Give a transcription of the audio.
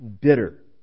Bitter